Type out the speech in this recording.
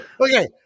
Okay